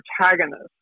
protagonist